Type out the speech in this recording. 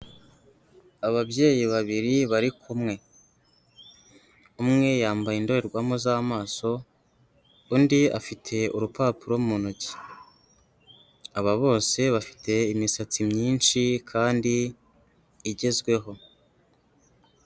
Ababyeyi babiri bari kumwe, umwe yambaye indorerwamo z'amaso, undi afite urupapuro mu ntoki, aba bose bafite imisatsi myinshi kandi igezweho.